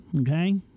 Okay